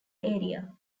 area